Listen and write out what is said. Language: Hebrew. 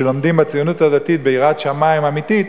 שלומדים בציונות הדתית ביראת שמים אמיתית,